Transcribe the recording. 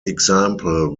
example